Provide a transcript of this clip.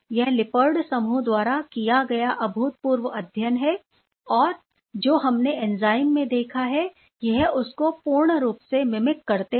यह Lippard समूह द्वारा किया गया अभूतपूर्व अध्ययन है जो हमने एंजाइम में देखा है यह उसको पूर्ण रूप से मिमिक करते हैं